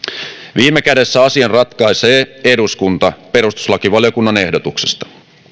viime kädessä asian ratkaisee eduskunta perustuslakivaliokunnan ehdotuksesta